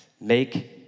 Make